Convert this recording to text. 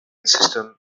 system